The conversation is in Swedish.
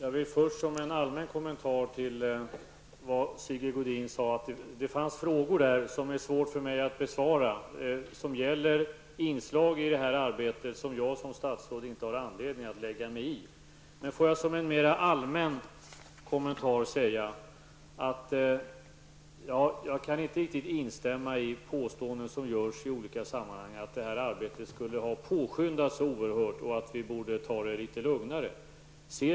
Herr talman! Det finns frågor i detta som är svåra för mig att besvara. Det gäller inslag i det här arbetet som jag som statsråd inte har anledning att lägga mig i. Men låt mig som en mer allmän kommentar säga att jag inte riktigt kan instämma i påståenden som görs i olika sammanhang om att det här arbetet skulle ha påskyndats så oerhört och att vi borde ta det litet lugnare.